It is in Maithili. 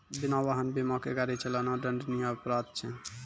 बिना वाहन बीमा के गाड़ी चलाना दंडनीय अपराध छै